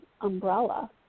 umbrella